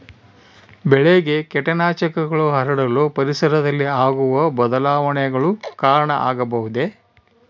ಬೆಳೆಗೆ ಕೇಟನಾಶಕಗಳು ಹರಡಲು ಪರಿಸರದಲ್ಲಿ ಆಗುವ ಬದಲಾವಣೆಗಳು ಕಾರಣ ಆಗಬಹುದೇ?